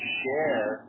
share